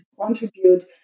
contribute